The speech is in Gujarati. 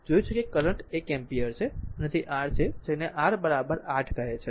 જોયું છે કે કરંટ એક એમ્પીયર છે અને તે r છે જેને R 8 કહે છે